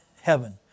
heaven